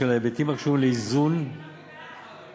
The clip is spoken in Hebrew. בשל ההיבטים הקשורים לאיזון, אנחנו מאשרים.